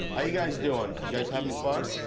how you guys doing? you guys having fun?